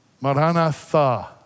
Maranatha